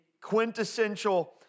quintessential